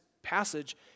passage